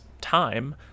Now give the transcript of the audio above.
time